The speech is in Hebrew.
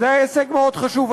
וזה היה הישג מאוד חשוב,